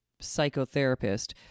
psychotherapist